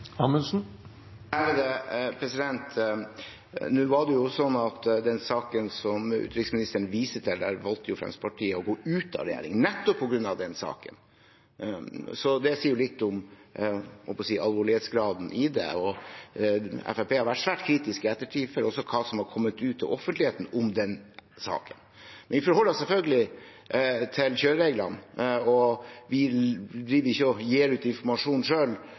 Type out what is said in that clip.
den saken som utenriksministeren viser til, valgte jo Fremskrittspartiet å gå ut av regjering, nettopp på grunn av den saken. Det sier jo litt om alvorlighetsgraden i det. Fremskrittspartiet har i ettertid også vært svært kritiske til hva som har kommet ut til offentligheten om den saken. Men vi forholder oss selvfølgelig til kjørereglene. Vi gir ikke ut informasjon selv, noe vi for så vidt heller ikke